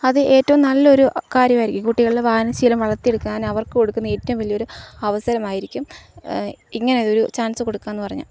അത് ഏറ്റവും നല്ലൊരു കാര്യമായിായിരിക്കും കുട്ടികളില് വായനശീലം വളർത്തിയെടുക്കാൻ അവർക്കു കൊടുക്കുന്ന ഏറ്റവും വലിയൊരു അവസരമായിരിക്കും ഇങ്ങനെ ഒരു ചാൻസ് കൊടുക്കുക എന്നു പറഞ്ഞാല്